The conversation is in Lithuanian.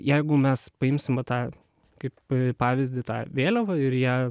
jeigu mes paims va tą kaip pavyzdį tą vėliavą ir ją